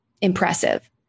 impressive